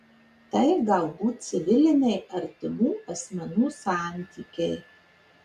tai galbūt civiliniai artimų asmenų santykiai